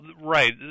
right